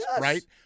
right